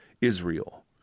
Israel